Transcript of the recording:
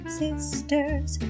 sisters